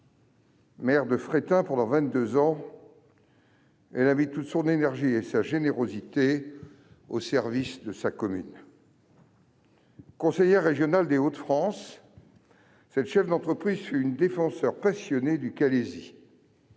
Maire de Fréthun pendant vingt-deux ans, elle a mis toute son énergie et sa générosité au service de sa commune. Conseillère régionale des Hauts-de-France, cette cheffe d'entreprise fut une défenseure passionnée du Calaisis.